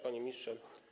Panie Ministrze!